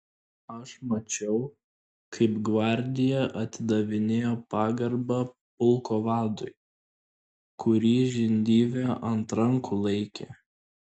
aš mačiau kaip gvardija atidavinėjo pagarbą pulko vadui kurį žindyvė ant rankų laikė